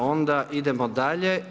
Onda idemo dalje.